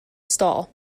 stall